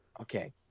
Okay